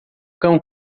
cão